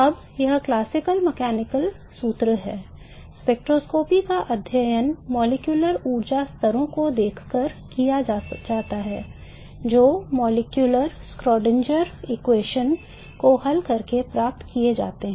अब यह classical mechanical सूत्र है स्पेक्ट्रोस्कोपी का अध्ययन मॉलिक्यूलर ऊर्जा स्तरों को देखकर किया जाता है जो मॉलिक्यूलर श्रोडिंगर समीकरण को हल करके प्राप्त किए जाते हैं